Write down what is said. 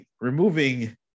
removing